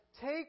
Take